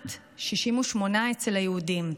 לעומת 68% אצל היהודים.